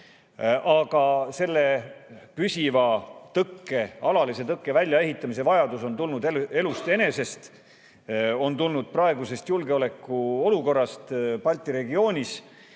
Aga selle püsiva tõkke, alalise tõkke väljaehitamise vajadus on tulnud elust enesest, on tulnud praegusest julgeolekuolukorrast Balti regioonis